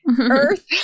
earth